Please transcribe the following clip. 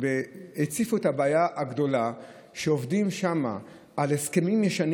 והם הציפו את הבעיה הגדולה שעובדים שם על הסכמים ישנים